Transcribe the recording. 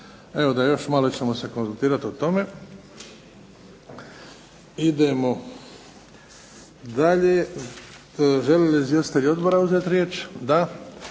Evo ga, još malo ćemo se konzultirati o tome. Idemo dalje. Želi li izvjestitelj odbora uzeti riječ? Da.